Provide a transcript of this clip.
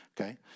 Okay